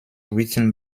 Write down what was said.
written